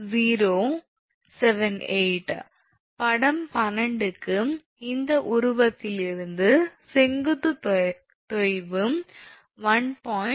078 படம் 12 க்கு இந்த உருவத்திலிருந்து செங்குத்து தொய்வு 1